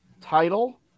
title